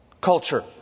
culture